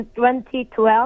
2012